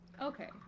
okay